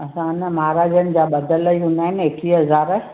असां न महाराजनि जा ॿधल ई हूंदा आहिनि एकवीह हज़ार